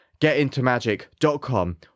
getintomagic.com